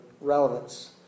relevance